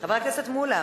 עברה את הקריאה הראשונה